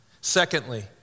Secondly